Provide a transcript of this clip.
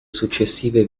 successive